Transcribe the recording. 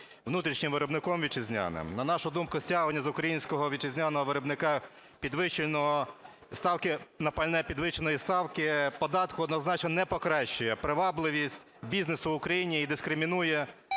внутрішнім виробником вітчизняним. На нашу думку, стягування з українського вітчизняного виробника підвищеного, на пальне підвищеної ставки податку однозначно не покращує привабливість бізнесу в Україні і дискримінує